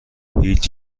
هیچ